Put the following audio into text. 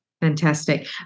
Fantastic